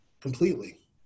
completely